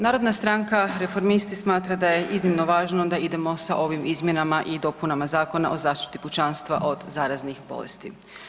Narodna stranka reformisti smatra da je iznimno važno da idemo sa ovim izmjenama i dopunama Zakona o zaštiti pučanstva od zaraznih bolesti.